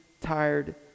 tired